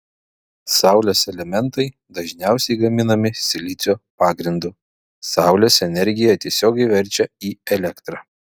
saulės elementai dažniausiai gaminami silicio pagrindu saulės energiją tiesiogiai verčia į elektrą